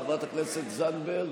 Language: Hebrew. חברת הכנסת זנדברג,